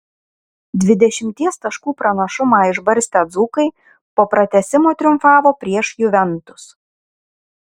dvidešimties taškų pranašumą išbarstę dzūkai po pratęsimo triumfavo prieš juventus